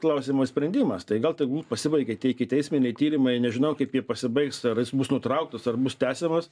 klausimo sprendimas tai gal tegul pasibaigia tie ikiteisminiai tyrimai nežinau kaip jie pasibaigs ar jis bus nutrauktas ar bus tęsiamas